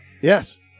Yes